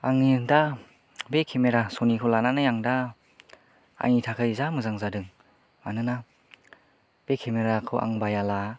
आंनिया दा बे केमेरा स'निखौ लानानै आं दा आंनि थाखाय जा मोजां जादों मानोना बे केमेराखौ आं बायाब्ला